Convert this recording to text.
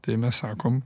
tai mes sakom